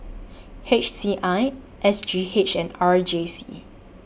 H C I S G H and R J C